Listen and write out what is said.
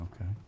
Okay